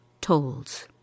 tolls